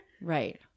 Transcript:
Right